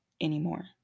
anymore